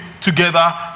together